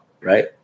right